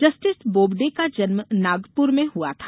justice Bobde का जन्म नागपुर में हुआ था